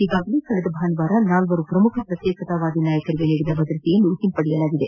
ಈಗಾಗಲೇ ಕಳೆದ ಭಾನುವಾರ ನಾಲ್ವರು ಪ್ರಮುಖ ಪ್ರತ್ಯೇಕತಾವಾದಿ ನಾಯಕರಿಗೆ ನೀಡಿದ್ದ ಭದ್ರತೆಯನ್ನು ವಾಪಸ್ ಪಡೆಯಲಾಗಿದೆ